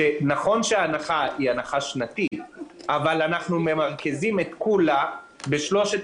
נכון שההנחה היא שנתית אבל אנחנו מרכזים את כולה בשלושת